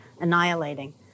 annihilating